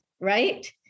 Right